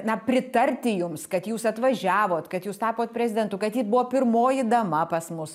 na pritarti jums kad jūs atvažiavot kad jūs tapot prezidentu kad ji buvo pirmoji dama pas mus